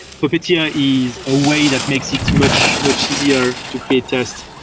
puppeteer is a way that makes it much much easier to create tests.